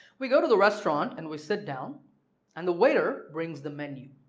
we go to the restaurant and we sit down and the waiter brings the menu,